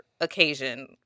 occasion